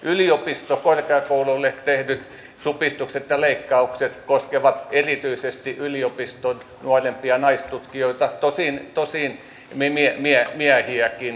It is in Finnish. yliopistoille korkeakouluille tehdyt supistukset ja leikkaukset koskevat erityisesti yliopiston nuorempia naistutkijoita tosin miehiäkin